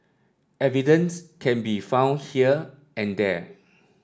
evidence can be found here and there